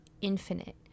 infinite